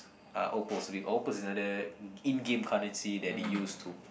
ah opals the opal is another in-game currency that they used to